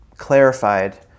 clarified